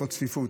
בעקבות צפיפות.